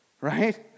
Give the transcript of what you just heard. right